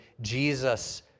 Jesus